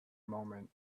moment